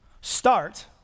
start